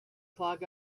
clog